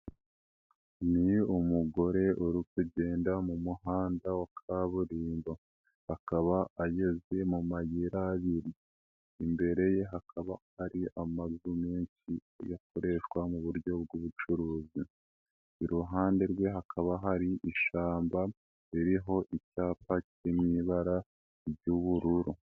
Ni umugore uri kugenda mu muhanda wa kaburimbo, akaba ageze mu mayira abiri, imbere ye hakaba ari amazu menshi akoreshwa mu buryo bw'ubucuruzi, iruhande rwe hakaba hari ishyamba, ririho icyapa kiri mu ibara ry'ubururu.